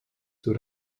zur